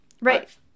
Right